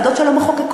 ועדות שלא מחוקקות,